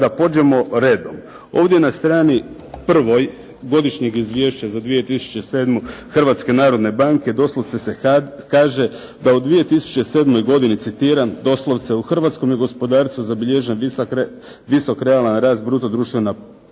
da pođemo redom, ovdje na strni prvoj godišnjeg izvješća za 2007. Hrvatske narodne banke doslovce se kaže da u 2007. godini citiram doslovce: „U hrvatskom je gospodarstvu zabilježen visok realan rast bruto društvenog